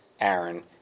Aaron